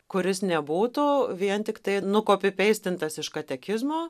kuris nebūtų vien tiktai nukopipeistintas iš katekizmo